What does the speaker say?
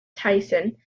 tyson